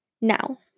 Now